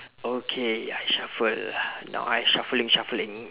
okay I shuffle now I shuffling shuffling